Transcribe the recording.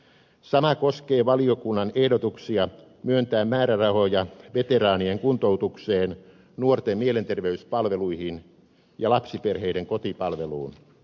sama koskee valiokunnan ehdotuksia myöntää määrärahoja veteraanien kuntoutukseen nuorten mielenterveyspalveluihin ja lapsiperheiden kotipalveluun